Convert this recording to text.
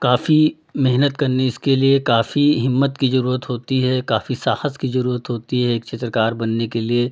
काफ़ी मेहनत करनी इसके लिए काफ़ी हिम्मत की ज़रूरत होती है काफ़ी साहस की ज़रूरत होती है एक चित्रकार बनने के लिए